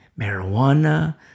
marijuana